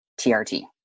TRT